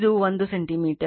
ಇದು 1 ಸೆಂಟಿಮೀಟರ್